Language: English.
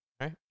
right